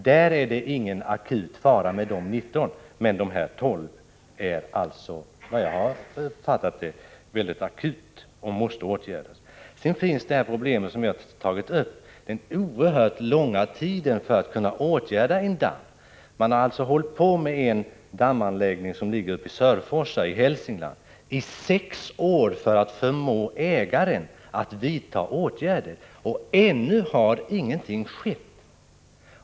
Där är det ingen akut fara, men beträffande dessa 12 dammar är läget allvarligt, och de måste åtgärdas. Vidare finns det problem som jag tagit upp beträffande den oerhört långa tiden för att kunna åtgärda en damm. Man har hållit på med en dammanläggning som ligger uppe i Söderforsa i Hälsingland i sex år för att förmå ägaren att vidta åtgärder, och ännu har ingenting skett.